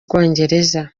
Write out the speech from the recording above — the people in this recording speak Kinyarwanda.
bwongereza